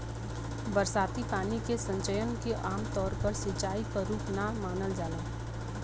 बरसाती पानी के संचयन के आमतौर पर सिंचाई क रूप ना मानल जाला